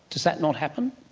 does that not happen?